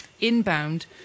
inbound